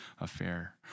affair